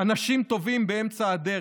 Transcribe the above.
אנשים טובים באמצע הדרך,